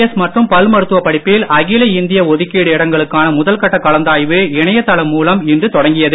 S மற்றும் பல் மருத்துவ படிப்பில் அகில இந்திய ஒதுக்கீடு இடங்களுக்கான முதல் கட்ட கலந்தாய்வு இணைதள மூலம் இன்று தொடங்கியது